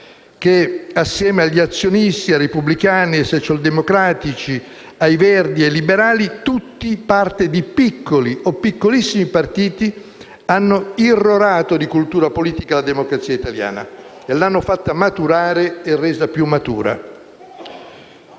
che, assieme agli azionisti, ai repubblicani, ai socialdemocratici, ai verdi e ai liberali, tutti parte di piccoli o piccolissimi partiti, hanno irrorato di cultura politica la democrazia italiana; l'hanno fatta maturare e resa più moderna.